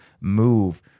move